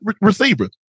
receivers